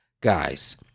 guys